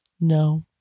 No